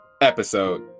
episode